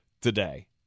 today